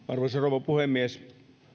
arvoisa rouva puhemies